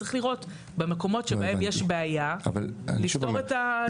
צריך לראות במקומות שבהם יש בעיה לפתור את הבעיה.